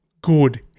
good